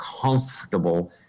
comfortable